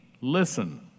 listen